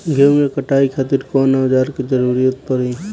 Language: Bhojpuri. गेहूं के कटाई खातिर कौन औजार के जरूरत परी?